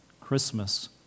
Christmas